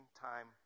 time